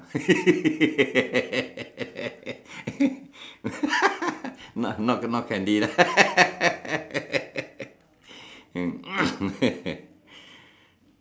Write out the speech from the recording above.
no not candy right